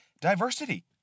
diversity